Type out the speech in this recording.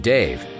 Dave